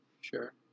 Sure